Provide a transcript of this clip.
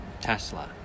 tesla